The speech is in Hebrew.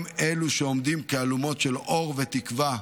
הם אלו שעומדים כאלומות של אור ותקווה,